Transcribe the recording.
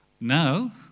Now